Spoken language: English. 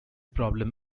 problem